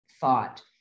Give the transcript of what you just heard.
thought